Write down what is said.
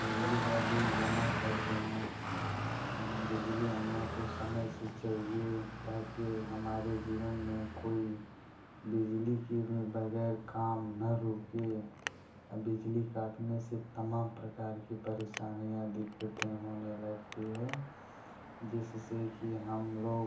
बिजली का बिल जमा करते हैं बिजली हम लोगों को समय से चाहिए ताकि हमारे जीवन में कोई बिजली के में बगैर काम न रुके बिजली काटने से तमाम प्रकार की परेशानियाँ दिक्कतें होने लगती हैं जिससे कि हम लोग